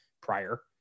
prior